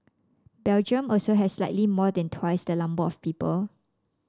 Belgium also has slightly more than the twice the number of people